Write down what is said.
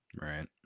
Right